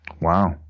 Wow